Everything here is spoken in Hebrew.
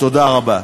תודה רבה.